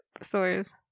stores